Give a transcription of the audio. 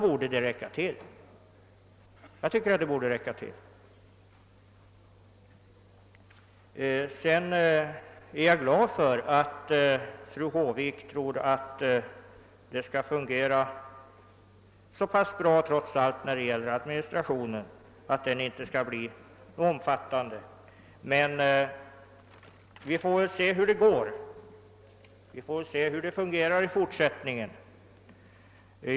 Jag är glad över att fru Håvik tror att det hela trots allt skall fungera bra och att administrationen inte skall bli så omfattande. Vi får väl se hur det kommer att fungera i fortsättningen.